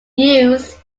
used